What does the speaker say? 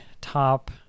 top